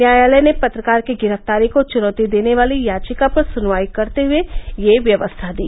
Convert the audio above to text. न्यायालय ने पत्रकार की गिरफ्तारी को चुनौती देने वाली याचिका पर सुनवाई करते हुए यह व्यवस्था दी